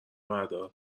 بردار